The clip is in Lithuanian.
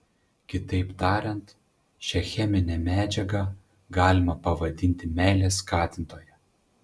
kitaip tariant šią cheminę medžiagą galima pavadinti meilės skatintoja